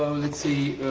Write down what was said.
let's say,